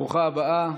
ברוכה הבאה.